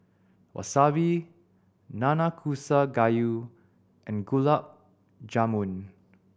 Wasabi Nanakusa Gayu and Gulab Jamun